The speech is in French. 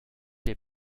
les